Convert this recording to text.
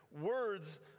Words